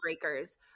breakers